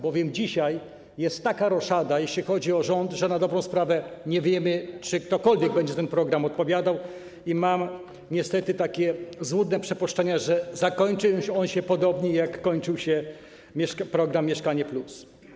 Bowiem dzisiaj jest taka roszada, jeśli chodzi o rząd, że na dobrą sprawę nie wiemy, czy ktokolwiek będzie za ten program odpowiadał, i mam niestety takie złudne przypuszczenia, że zakończy się on podobnie, jak kończył się program „Mieszkanie+”